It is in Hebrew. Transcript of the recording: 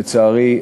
לצערי,